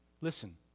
Listen